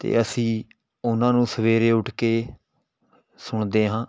ਅਤੇ ਅਸੀਂ ਉਹਨਾਂ ਨੂੰ ਸਵੇਰੇ ਉੱਠ ਕੇ ਸੁਣਦੇ ਹਾਂ